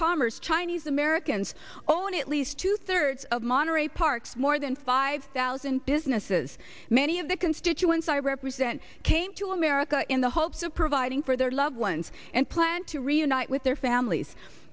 commerce chinese americans own at least two thirds of monterey parks more than five thousand businesses many of the constituents i represent came to america in the hopes of providing for their loved ones and plan to reunite with their families